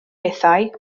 bethau